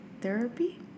therapy